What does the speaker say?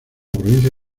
provincia